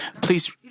please